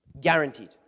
Guaranteed